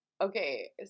Okay